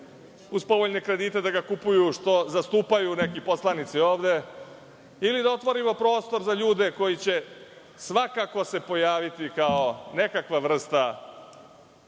uz povoljne kredite, da ga kupuju što zastupaju neki poslanici ovde, ili da otvorimo prostor za ljude koji će svakako se pojaviti kao nekakva vrsta